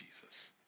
Jesus